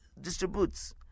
distributes